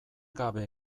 gabe